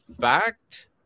fact